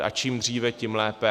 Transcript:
A čím dříve, tím lépe.